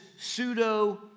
pseudo